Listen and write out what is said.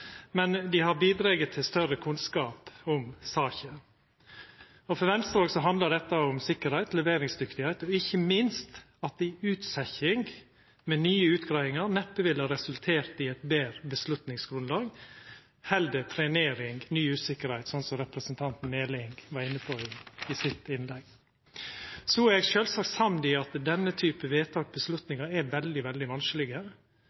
Men me har bidrege til større kunnskap om saka. Òg for Venstre handlar dette om sikkerheit, leveringsdyktigheit og ikkje minst at ei utsetjing med nye utgreiingar neppe ville ha resultert i eit betre avgjerdsgrunnlag – heller trenering og ny usikkerheit, slik representanten Meling var inne på i innlegget sitt. Så er eg sjølvsagt samd i at denne typen vedtak, avgjerder, er veldig vanskelege.